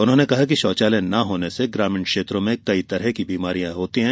उन्होंने कहा कि शौचालय न होने से ग्रामीण क्षेत्रों में कई तरह की बीमारियां होती है